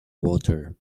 water